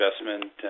investment